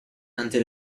until